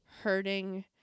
hurting